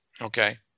okay